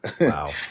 Wow